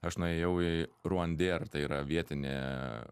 aš nuėjau į ruandėr tai yra vietinė